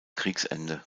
kriegsende